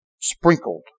sprinkled